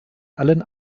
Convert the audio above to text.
allen